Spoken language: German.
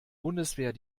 bundeswehr